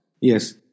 Yes